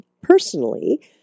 personally